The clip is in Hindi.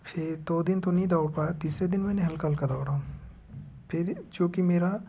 फिर दो दिन तो नहीं दौड़ पाया तीसरे दिन मैंने हल्का हल्का दौड़ा फिर चूँकि मेरा